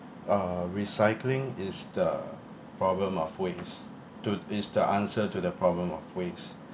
uh recycling is the problem of waste to is the answer to the problem of waste